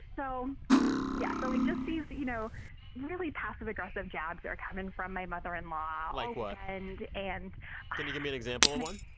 so yeah. so and just these you know really passive-aggressive jabs are coming from my mother-in-law. and. like what? and and can you give me an example of one?